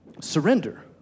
surrender